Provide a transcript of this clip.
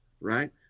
right